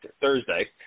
Thursday